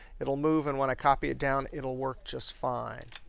it'll move. and when i copy it down, it'll work just fine.